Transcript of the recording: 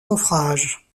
naufrage